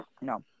No